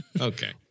Okay